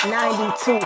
92